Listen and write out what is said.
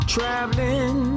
Traveling